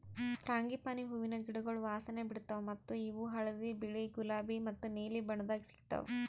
frangipani ಹೂವಿನ ಗಿಡಗೊಳ್ ವಾಸನೆ ಬಿಡ್ತಾವ್ ಮತ್ತ ಇವು ಹಳದಿ, ಬಿಳಿ, ಗುಲಾಬಿ ಮತ್ತ ನೀಲಿ ಬಣ್ಣದಾಗ್ ಸಿಗತಾವ್